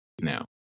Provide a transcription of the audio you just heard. now